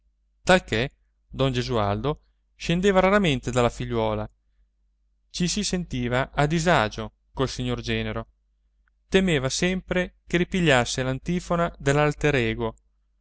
talché don gesualdo scendeva raramente dalla figliuola ci si sentiva a disagio col signor genero temeva sempre